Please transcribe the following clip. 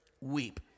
Weep